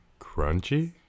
Crunchy